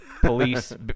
police